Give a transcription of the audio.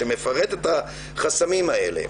שמפרט את החסמים האלה.